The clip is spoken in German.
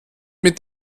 mit